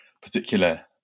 particular